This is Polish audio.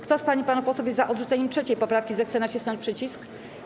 Kto z pań i panów posłów jest za odrzuceniem 3. poprawki, zechce nacisnąć przycisk.